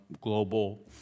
global